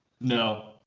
no